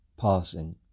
passing